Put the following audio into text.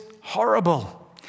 horrible